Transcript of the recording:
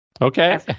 Okay